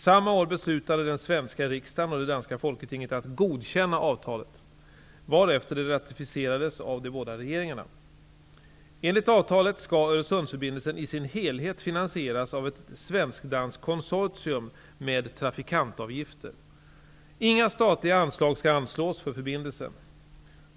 Samma år beslutade den svenska riksdagen och det danska folketinget att godkänna avtalet, varefter det ratificerades av de båda regeringarna. Enligt avtalet skall Öresundsförbindelsen i sin helhet finansieras av ett svensk-danskt konsortium med trafikantavgifter. Inga statliga anslag skall anslås för förbindelsen.